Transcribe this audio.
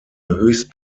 höchst